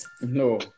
No